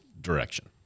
direction